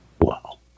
Wow